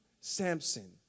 Samson